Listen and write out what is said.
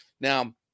Now